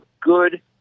good